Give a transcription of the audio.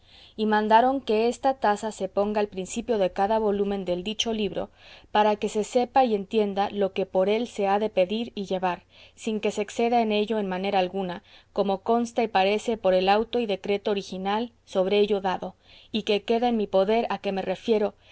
y mandaron que esta tasa se ponga al principio de cada volumen del dicho libro para que se sepa y entienda lo que por él se ha de pedir y llevar sin que se exceda en ello en manera alguna como consta y parece por el auto y decreto original sobre ello dado y que queda en mi poder a que me refiero